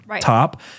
top